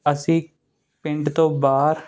ਅਸੀਂ ਪਿੰਡ ਤੋਂ ਬਾਹਰ